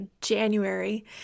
January